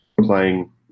playing